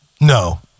No